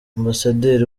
ambasaderi